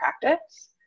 practice